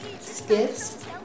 skits